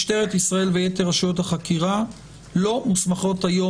משטרת ישראל ויתר רשויות החקירה לא מוסמכות היום,